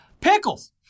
Pickles